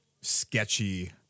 sketchy